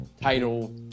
title